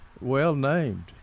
well-named